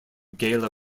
gala